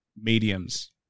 mediums